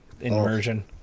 immersion